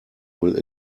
will